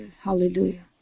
Hallelujah